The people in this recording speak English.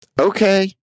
Okay